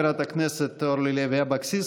תודה, חברת הכנסת אורלי לוי אבקסיס.